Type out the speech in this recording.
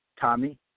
tommy